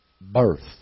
birth